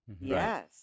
Yes